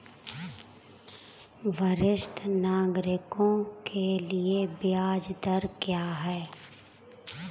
वरिष्ठ नागरिकों के लिए ब्याज दर क्या हैं?